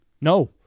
No